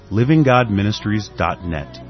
livinggodministries.net